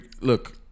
look